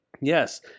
Yes